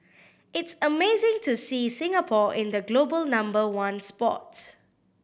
it's amazing to see Singapore in the global number one spot